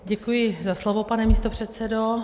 Děkuji za slovo, pane místopředsedo.